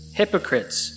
hypocrites